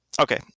okay